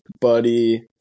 buddy